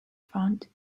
front